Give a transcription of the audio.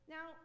Now